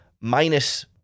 minus